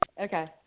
Okay